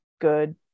good